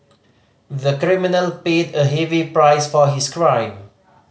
the criminal paid a heavy price for his crime